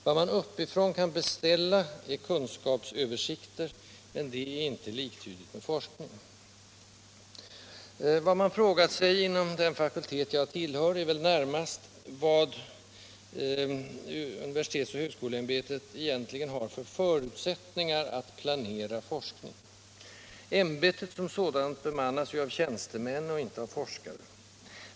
Vad man uppifrån kan beställa är kunskapsöversikter, men det är inte liktydigt med forskning. Om ansvaret för Vad man frågat sig inom den fakultet jag tillhör är väl närmast vad den översiktliga och universitetsoch högskoleämbetet egentligen har för förutsättningar att samordnande planera forskning. Ämbetet som sådant bemannas ju av tjänstemän och = forskningsplane inte av forskare.